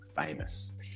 famous